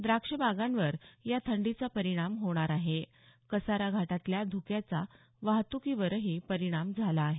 द्राक्षबागांवर या थंडीचा परिणाम होणार आहे कसारा घाटातल्या ध्क्याचा वाहत्कीवरही परिणाम झाला आहे